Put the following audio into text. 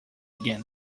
again